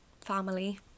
family